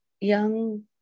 young